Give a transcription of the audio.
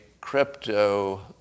crypto